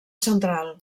central